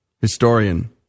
historian